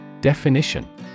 Definition